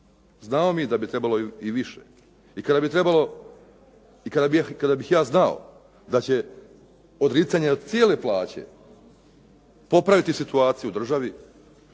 I kada bi trebalo, i kada bih ja znao da će odricanje od cijele plaće popraviti situaciju u državi,